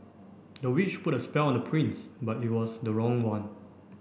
the witch put a spell on the prince but it was the wrong one